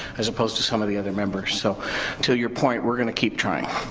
as opposed to some of the other members so to your point, we're gonna keep trying.